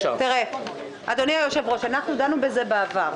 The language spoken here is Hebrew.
חוות דעת של יועץ משפטי לממשלה,